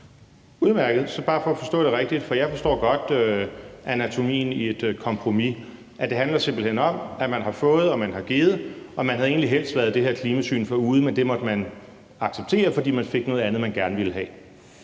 Udmærket. Så bare for at forstå det rigtigt – for jeg forstår godt anatomien i et kompromis – så handler det simpelt hen om, at man har fået og man har givet, og at man egentlig helst havde været det her klimasyn foruden, men at det måtte man acceptere, fordi man fik noget andet, man gerne ville have.